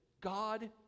God